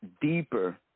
deeper